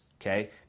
Okay